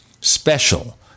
Special